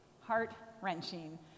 heart-wrenching